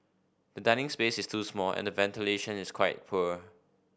the dining space is too small and ventilation is quite poor